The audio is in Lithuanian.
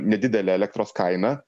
nedidelė elektros kaina